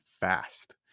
fast